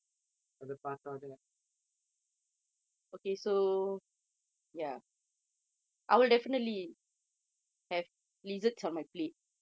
அத பார்த்தவுடனே:atha paarthavudane